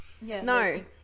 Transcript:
No